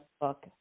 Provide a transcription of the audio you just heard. book